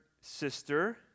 sister